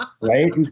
right